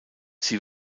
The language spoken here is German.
sie